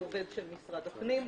שהוא עובד של משרד הפנים,